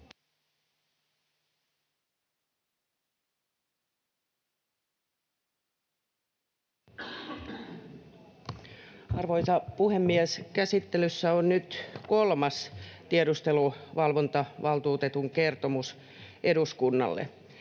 Arvoisa puhemies! Käsittelyssä on nyt kolmas tiedusteluvalvontavaltuutetun kertomus eduskunnalle.